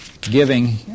giving